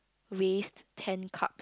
waste ten cups